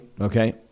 okay